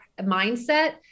mindset